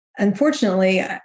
Unfortunately